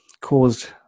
caused